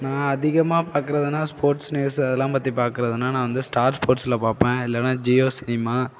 நான் அதிகமாக பார்க்குறதுன்னா ஸ்போர்ட்ஸ் நியூஸ் அதெலாம் பாற்றி பார்க்குறதுன்னா நான் வந்து ஸ்டார் ஸ்போர்ட்ஸ் பார்ப்பேன் இல்லைனா ஜியோ சினிமா